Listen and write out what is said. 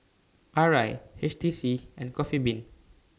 Arai H T C and Coffee Bean